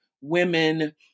women